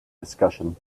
discussion